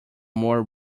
more